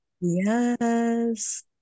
Yes